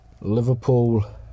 Liverpool